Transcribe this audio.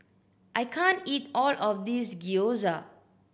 I can't eat all of this Gyoza